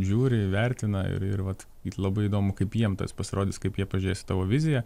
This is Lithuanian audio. žiūri vertina ir ir vat labai įdomu kaip jiem tas pasirodys kaip jie pažiūrės į tavo viziją